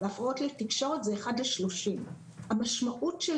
בהפרעות לתקשורת זה 1:30. המשמעות של